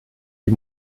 die